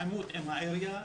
שבעימות עם העירייה,